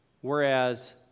Whereas